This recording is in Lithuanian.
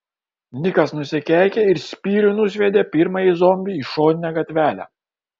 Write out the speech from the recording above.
nikas nusikeikė ir spyriu nusviedė pirmąjį zombį į šoninę gatvelę